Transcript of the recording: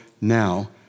now